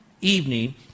evening